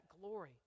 glory